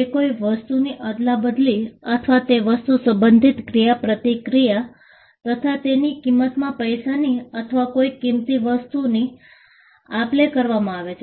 એ કોઈ વસ્તુની અદલાબદલી અથવા તે વસ્તુ સબંધિત ક્રિયાપ્રતિક્રિયા તથા તેની કિંમતમાં પૈસાની અથવા કોઈ કિંમતી વસ્તુની આપ લે કરવામાં આવે છે